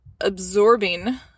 absorbing